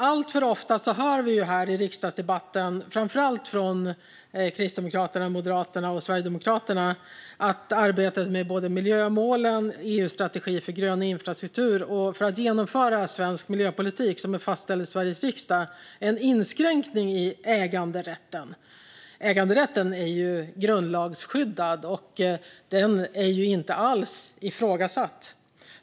Alltför ofta hör vi här i riksdagsdebatten, framför allt från Kristdemokraterna, Moderaterna och Sverigedemokraterna, att arbetet med miljömålen, EU-strategin för grön infrastruktur och genomförandet av svensk miljöpolitik som är fastställd av Sveriges riksdag är en inskränkning i äganderätten. Äganderätten är grundlagsskyddad, och den är inte alls ifrågasatt.